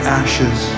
ashes